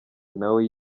nawe